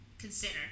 consider